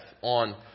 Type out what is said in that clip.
on